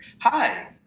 Hi